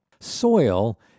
Soil